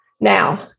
now